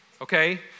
okay